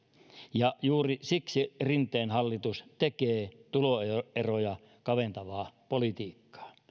ja juuri siksi rinteen hallitus tekee tuloeroja kaventavaa politiikkaa